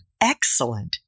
Excellent